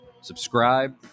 subscribe